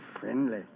friendly